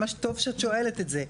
ממש טוב שאת שואלת את זה,